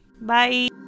Bye